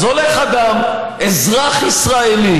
אז הולך אדם, אזרח ישראלי,